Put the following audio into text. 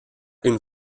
une